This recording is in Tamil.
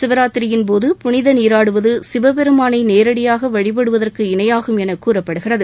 சிவராத்திரியின் போது புனித நீராடுவது சிவபெருமானை நேரடியாக வழிபடுவதற்கு இணையாகும் என கூறப்படுகிறது